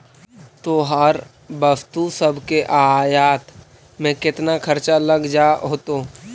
तोहर वस्तु सब के आयात में केतना खर्चा लग जा होतो?